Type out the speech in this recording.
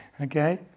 Okay